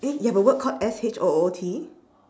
eh you have a word called S H O O T